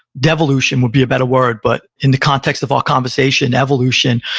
devolution would be a better word, but in the context of our conversation, evolution,